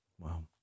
Wow